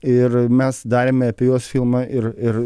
ir mes darėme apie juos filmą ir ir